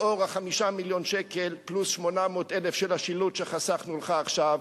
לאור 5 מיליון שקל פלוס 800,000 של השילוט שחסכנו לך עכשיו,